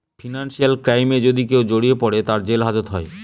financial ক্রাইমে যদি কেউ জড়িয়ে পরে, তার জেল হাজত হয়